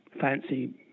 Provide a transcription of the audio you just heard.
fancy